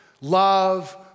love